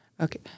Okay